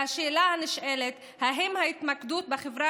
והשאלה הנשאלת היא: האם ההתמקדות בחברה